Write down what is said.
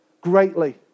Greatly